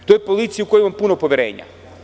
To je policija u koju imam puno poverenja.